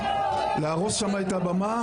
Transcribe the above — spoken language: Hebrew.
להרוס את הבמה.